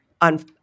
on